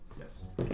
Yes